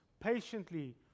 patiently